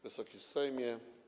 Wysoki Sejmie!